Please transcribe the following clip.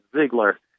Ziegler